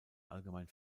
allgemein